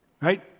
Right